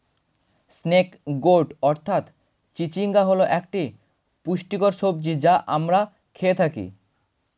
snake gourd অর্থাৎ চিচিঙ্গা হল একটি পুষ্টিকর সবজি যা আমরা খেয়ে থাকি